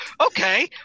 Okay